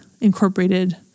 incorporated